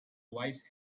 wise